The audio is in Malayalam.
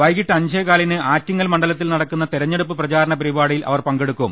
വൈകീട്ട് അഞ്ചേകാലിന് ആറ്റിങ്ങൽ മണ്ഡലത്തിൽ നടക്കുന്ന തെരഞ്ഞെടു പ്പ് പ്രചാരണപരിപാടിയിൽ അവർ പങ്കെടുക്കും